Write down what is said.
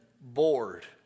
bored